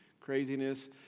craziness